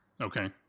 Okay